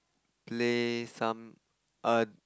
play some err